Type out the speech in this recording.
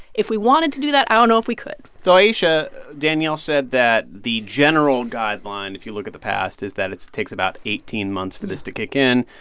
if we wanted to do that, i don't know if we could so, ayesha, danielle said that the general guideline, if you look at the past, is that it takes about eighteen months. yeah. for this to kick in.